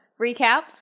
recap